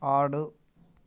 ఆడు